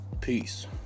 Peace